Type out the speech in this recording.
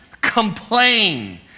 complain